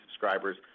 subscribers